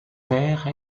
père